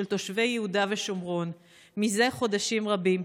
תושבי יהודה ושומרון זה חודשים רבים.